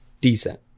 Decent